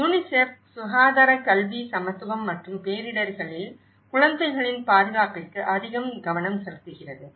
UNICEF சுகாதார கல்வி சமத்துவம் மற்றும் பேரிடர்களில் குழந்தைகளின் பாதுகாப்பிற்கு அதிகம் கவனம் செலுத்துகிறது